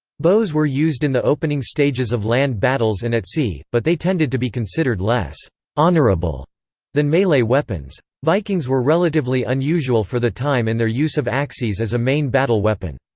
bows were used in the opening stages of land battles and at sea, but they tended to be considered less honourable than melee weapons. vikings were relatively unusual for the time in their use of axes as a main battle weapon.